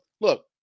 look